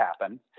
happen